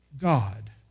God